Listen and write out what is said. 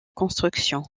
construction